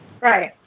right